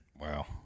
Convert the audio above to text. Wow